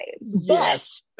Yes